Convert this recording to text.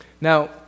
Now